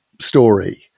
story